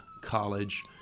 college